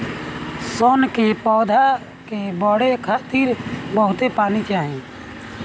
सन के पौधा के बढ़े खातिर बहुत पानी चाही